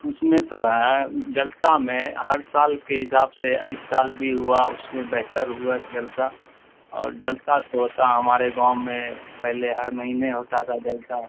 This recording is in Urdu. اس میں تو ہے جلسہ میں ہر سال کے حساب سے اس سال بھی ہوا اس سے بہتر ہوا جلسہ اور جلسہ تو ہوتا ہمارے گاؤں میں پہلے ہر مہینے ہوتا تھا جلسہ